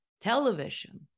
television